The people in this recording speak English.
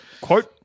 Quote